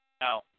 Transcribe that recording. No